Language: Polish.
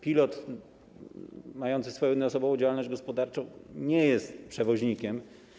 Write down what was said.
Pilot mający jednoosobową działalność gospodarczą nie jest przewoźnikiem.